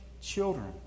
children